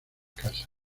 casas